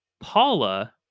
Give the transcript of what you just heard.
Paula